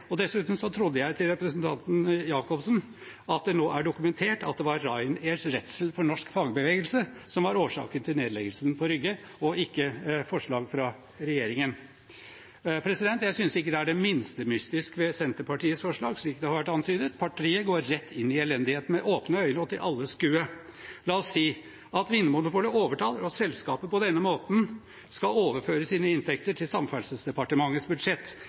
det. Dessuten, til representanten Jacobsen: Jeg trodde det nå er dokumentert at Ryanairs redsel for norsk fagbevegelse var årsaken til nedleggelsen på Rygge, og ikke forslag fra regjeringen. Jeg synes ikke det er det minste mystisk ved Senterpartiets forslag, slik det har vært antydet. Partiet går rett inn i elendigheten med åpne øyne og til alles skue. La oss si at Vinmonopolet overtar, og at selskapet på denne måten skal overføre sine inntekter til Samferdselsdepartementets budsjett.